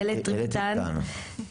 ELETRIPTAN,